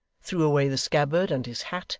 threw away the scabbard and his hat,